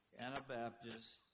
Anabaptists